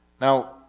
Now